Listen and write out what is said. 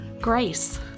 Grace